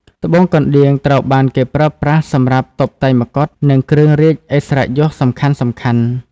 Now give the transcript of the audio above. ត្បូងកណ្ដៀងត្រូវបានគេប្រើប្រាស់សម្រាប់តុបតែងមកុដ និងគ្រឿងរាជឥស្សរិយយសសំខាន់ៗ។